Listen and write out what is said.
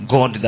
God